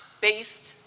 based